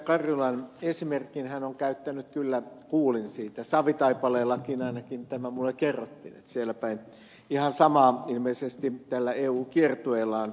karjulan esimerkin hän on käyttänyt kyllä kuulin siitä savitaipaleellakin ainakin tämä minulle kerrottiin että siellä päin ihan samaa ilmeisesti tällä eu kiertueellaan